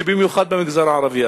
ובמיוחד במגזר הערבי,